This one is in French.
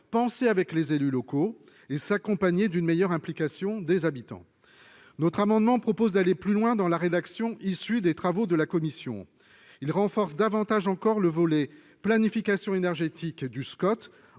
pensée avec les élus locaux, et s'accompagner d'une meilleure implication des habitants. Notre amendement vise à aller plus loin dans la rédaction issue des travaux de la commission. Il renforce davantage encore le volet « planification énergétique » du Scot